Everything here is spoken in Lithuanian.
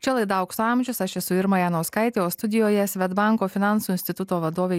čia laida aukso amžius aš esu irma janauskaitė o studijoje svedbanko finansų instituto vadovė